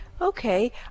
Okay